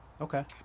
Okay